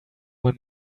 when